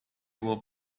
will